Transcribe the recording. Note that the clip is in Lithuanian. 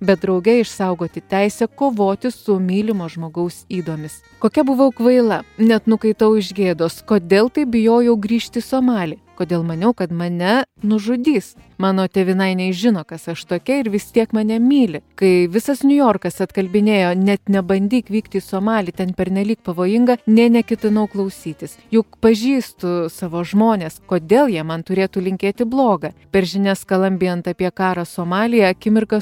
bet drauge išsaugoti teisę kovoti su mylimo žmogaus ydomis kokia buvau kvaila net nukaitau iš gėdos kodėl taip bijojau grįžti į somalį kodėl maniau kad mane nužudys mano tėvynainiai žino kas aš tokia ir vis tiek mane myli kai visas niujorkas atkalbinėjo net nebandyk vykti į somalį ten pernelyg pavojinga nė neketinau klausytis juk pažįstu savo žmones kodėl jie man turėtų linkėti bloga per žinias skalambijant apie karą somalyje akimirką